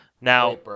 Now